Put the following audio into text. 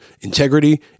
integrity